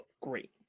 great